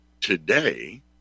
today